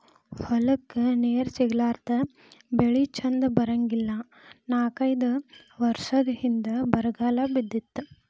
ಹೊಲಕ್ಕ ನೇರ ಸಿಗಲಾರದ ಬೆಳಿ ಚಂದ ಬರಂಗಿಲ್ಲಾ ನಾಕೈದ ವರಸದ ಹಿಂದ ಬರಗಾಲ ಬಿದ್ದಿತ್ತ